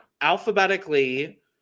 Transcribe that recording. alphabetically